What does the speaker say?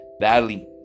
badly